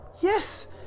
Yes